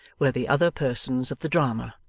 were the other persons of the drama.